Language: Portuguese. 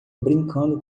brincando